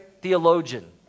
theologian